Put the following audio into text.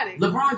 LeBron